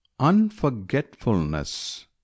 Unforgetfulness